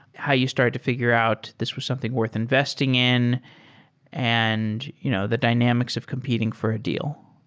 how you start to fi gure out this was something worth investing in and you know the dynamics of competing for a deal?